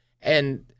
and-